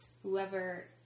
Whoever